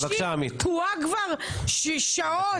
תקועה כבר שעות,